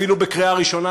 אפילו לקריאה ראשונה,